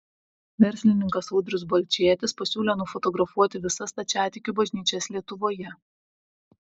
verslininkas audrius balčėtis pasiūlė nufotografuoti visas stačiatikių bažnyčias lietuvoje